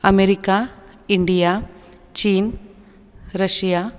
America India Chin Russia